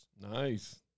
Nice